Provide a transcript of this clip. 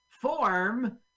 form